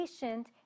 patient